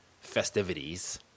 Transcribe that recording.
festivities